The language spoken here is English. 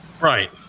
Right